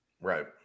Right